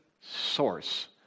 source